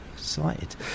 Excited